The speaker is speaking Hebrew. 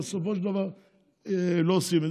ובסופו של דבר לא עושים,